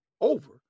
over